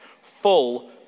full